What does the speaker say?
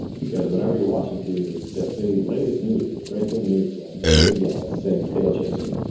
because whenever you're watching tv, it's just the latest news, the breaking news, and it's again, that same tail chasing.